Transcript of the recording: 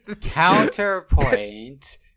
Counterpoint